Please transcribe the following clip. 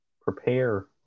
prepare